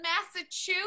Massachusetts